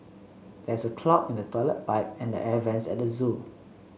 there is a clog in the toilet pipe and the air vents at the zoo